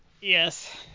Yes